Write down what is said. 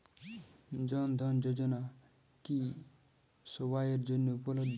জন ধন যোজনা কি সবায়ের জন্য উপলব্ধ?